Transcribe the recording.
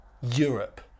Europe